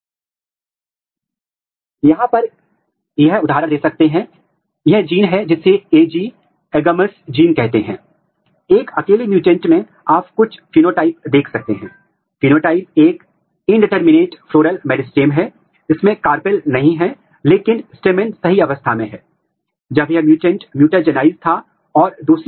यह गैर रेडियोधर्मी लेबल एंटीसेंस आरएनए जांच द्वारा किया जाता है और यदि आप इस चरण को देखते हैं तो आप देख सकते हैं कि एमएडीएस 1 के समान ही यह पुष्प प्राइमोर्डिया में उच्च स्तर की अभिव्यक्ति को दर्शाता है